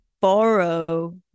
borrow